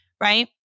right